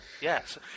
Yes